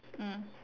mm